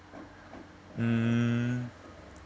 mm